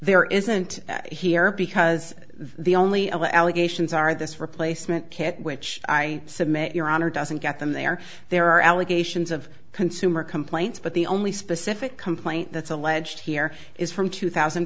there isn't here because the only other allegations are this replacement kit which i submit your honor doesn't get them there there are allegations of consumer complaints but the only specific complaint that's alleged here is from two thousand